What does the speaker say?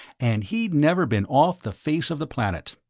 and he'd never been off the face of the planet.